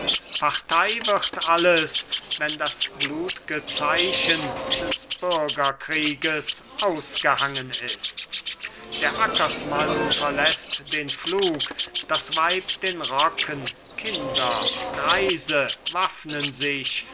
partei wird alles wenn das blutge zeichen des bürgerkrieges ausgehangen ist der ackersmann verläßt den pflug das weib den rocken kinder greise waffnen sich